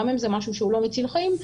גם אם זה משהו שהוא לא מציל חיים,